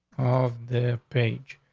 of the page.